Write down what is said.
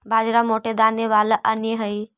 बाजरा मोटे दाने वाला अन्य हई